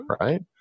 right